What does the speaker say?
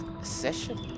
session